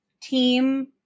team